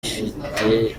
ifite